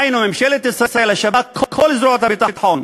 היינו ממשלת ישראל, השב"כ, כל זרועות הביטחון,